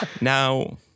Now